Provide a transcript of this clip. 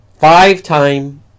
Five-time